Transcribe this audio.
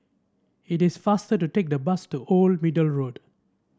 it is faster to take the bus to Old Middle Road